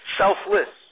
selfless